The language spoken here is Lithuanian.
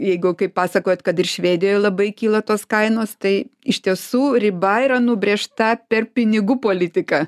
jeigu kaip pasakojot kad ir švedijoj labai kyla tos kainos tai iš tiesų riba yra nubrėžta per pinigų politiką